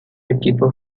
equipo